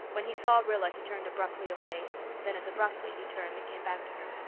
when he saw rilla he turned abruptly away then as abruptly he turned and came back to her.